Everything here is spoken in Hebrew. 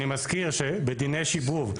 אני מזכיר שבדיני שיבוב.